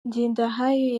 ngendahayo